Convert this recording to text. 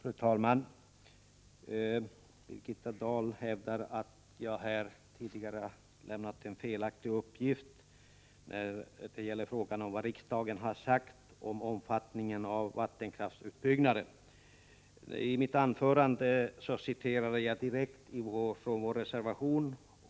Fru talman! Birgitta Dahl hävdar att jag här tidigare lämnat en felaktig uppgift om vad riksdagen har sagt om omfattningen av vattenkraftsutbyggnaden. I mitt anförande citerade jag direkt från vår reservation.